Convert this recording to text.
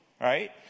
right